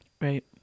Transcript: Right